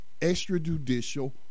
extrajudicial